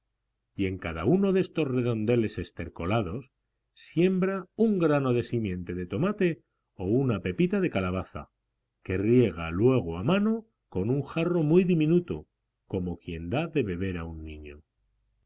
y en cada uno de estos redondeles estercolados siembra un grano de simiente de tomate o una pepita de calabaza que riega luego a mano con un jarro muy diminuto como quien da de beber a un niño